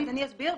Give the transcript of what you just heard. אני אסביר.